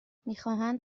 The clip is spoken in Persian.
میخواهند